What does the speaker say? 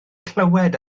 clywed